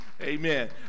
Amen